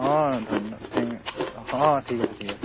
অঁ ধন্যবাদ অঁ ঠিক আছে ঠিক আছে